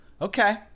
Okay